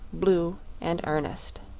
blue and earnest.